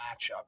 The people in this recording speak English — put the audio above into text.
matchup